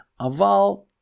Aval